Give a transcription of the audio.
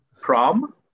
Prom